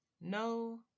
no